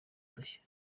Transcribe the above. udushya